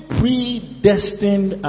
predestined